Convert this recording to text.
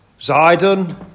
Zidon